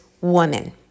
woman